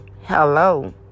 hello